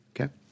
Okay